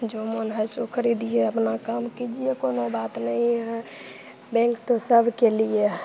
जो मन है सो खरीदिए अपना काम कीजिए कोई बात नहीं है बैंक तो सबके लिए है